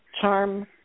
charm